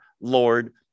Lord